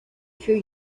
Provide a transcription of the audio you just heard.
few